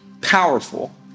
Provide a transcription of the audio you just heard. powerful